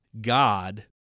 God